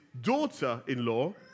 daughter-in-law